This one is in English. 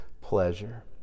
pleasure